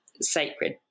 sacred